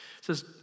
says